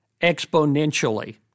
exponentially